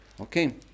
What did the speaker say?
Okay